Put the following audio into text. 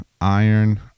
iron